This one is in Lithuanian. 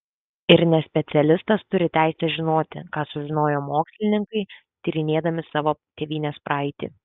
ir nespecialistas turi teisę žinoti ką sužinojo mokslininkai tyrinėdami savo tėvynės praeitį